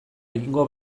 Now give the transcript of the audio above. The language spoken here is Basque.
egingo